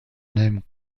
name